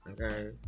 okay